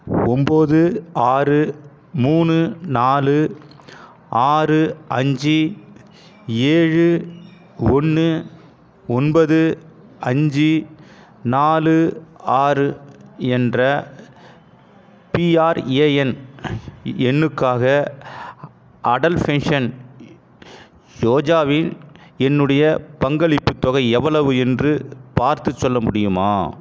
ஒம்பது ஆறு மூணு நாலு ஆறு அஞ்சு ஏழு ஒன்று ஒன்பது அஞ்சு நாலு ஆறு என்ற பிஆர்ஏஎன் எண்ணுக்காக அடல் பென்ஷன் யோஜாவில் என்னுடைய பங்களிப்பு தொகை எவ்வளவு என்று பார்த்து சொல்ல முடியுமா